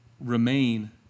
remain